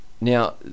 now